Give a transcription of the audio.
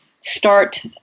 start